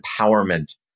empowerment